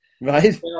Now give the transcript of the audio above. Right